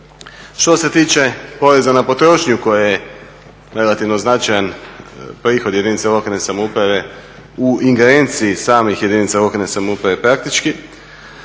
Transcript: Što se tiče poreza na potrošnju koja je relativno značajan prihod jedinice lokalne samouprave u ingerenciji samih jedinica lokalne samouprave praktički,